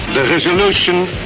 the resolution